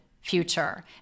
future